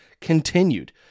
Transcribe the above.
continued